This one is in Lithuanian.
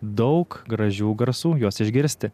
daug gražių garsų juos išgirsti